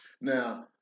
Now